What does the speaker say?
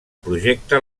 projecte